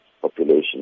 population